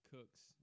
Cooks